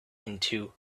into